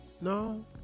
no